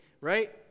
right